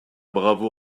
bravo